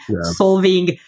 solving